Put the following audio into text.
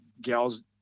gals